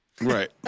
right